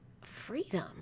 freedom